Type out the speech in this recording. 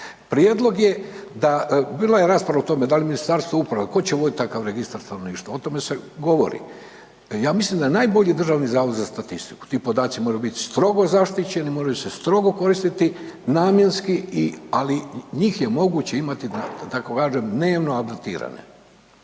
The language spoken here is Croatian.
Prijedlog je da, bila je rasprava o tome da li Ministarstvo uprave, ko će vodit takav registar stanovništva, o tome se govori. Ja mislim da je najbolji Državni zavod za statistiku, ti podaci moraju bit strogo zaštićeni, moraju se strogo koristiti, namjenski i, ali njih je moguće imati …/Govornik